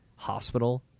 Hospital